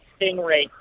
stingray